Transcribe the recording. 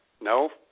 No